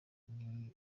niyo